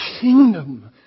kingdom